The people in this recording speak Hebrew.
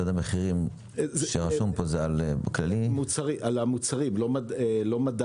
היא לא מוצגת פה.